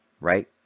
right